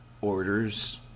orders